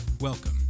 Welcome